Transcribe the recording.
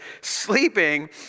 sleeping